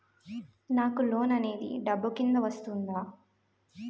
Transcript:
నాకు లోన్ అనేది డబ్బు కిందా వస్తుందా?